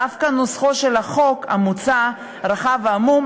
דווקא נוסחו של החוק המוצע רחב ועמום,